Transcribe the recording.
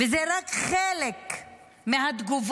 זה רק חלק מהתגובות